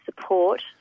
support